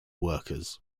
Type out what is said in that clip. workers